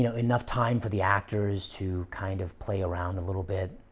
you know enough time for the actors to kind of play around a little bit,